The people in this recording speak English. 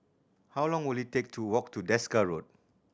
how long will it take to walk to Desker Road